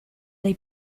dai